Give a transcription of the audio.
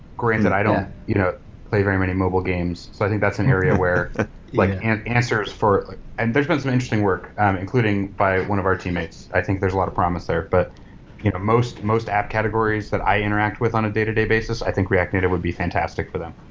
granted that i don't you know play very many mobile games. so i think that's an area where ah like and answers for and there's been some interesting work including by one of our teammates. i think there's a lot of promise there. but you know most most app categories that i interact with on a day-to-day basis, i think react native would be fantastic for them